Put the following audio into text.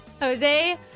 Jose